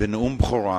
בנאום בכורה,